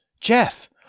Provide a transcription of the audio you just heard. Jeff